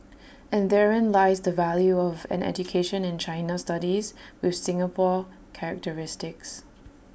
and therein lies the value of an education in China studies with Singapore characteristics